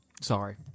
Sorry